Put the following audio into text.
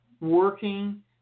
working